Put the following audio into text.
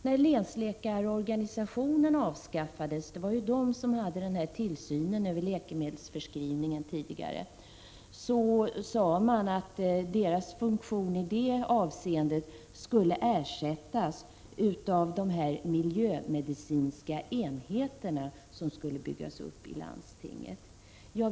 När länsläkarorganisationen avskaffades — det var ju länsläkarna som hade tillsynen över läkemedelsförskrivningen tidigare — sade man att deras funktion i det avseendet skulle ersättas av de miljömedicinska enheter som skulle byggas upp i landstingen.